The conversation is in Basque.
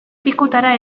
pikutara